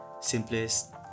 simplest